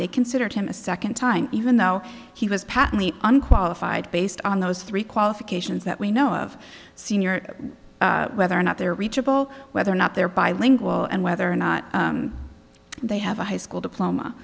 they considered him a second time even though he was patently unqualified based on those three qualifications that we know of senior whether or not they're reachable whether or not they're bilingual and whether or not they have a high school diploma